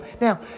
Now